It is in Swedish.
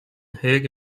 hög